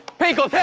faker,